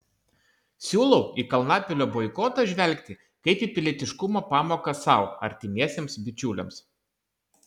siūlau į kalnapilio boikotą žvelgti kaip į pilietiškumo pamoką sau artimiesiems bičiuliams